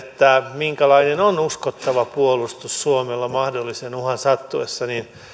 minkälainen on uskottava puolustus suomella mahdollisen uhan sattuessa niin